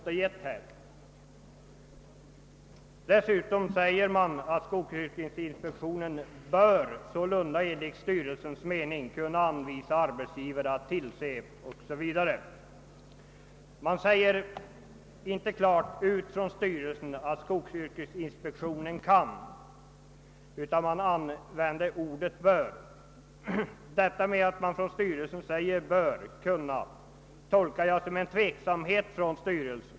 Dessutom har ju arbetarskyddsstyrelsen uttalat att skogsyrkesinspektionen enligt styrelsens mening bör kunna anvisa arbetsgivare att tillse att personaltransportfordon förses med lämplig anordning för uppvärmning 0. s. v. Styrelsen säger inte klart ut att skogsinspektionen kan utan använder uttrycket bör kunna. Detta att styrelsen använder formuleringen bör kunna tolkar jag som en tveksamhet.